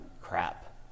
crap